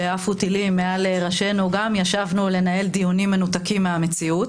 כשעפו טילים מעל ראשינו וגם ישבנו לנהל דיונים מנותקים מהמציאות,